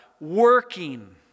Working